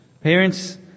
Parents